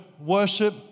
worship